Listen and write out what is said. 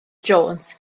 jones